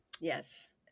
Yes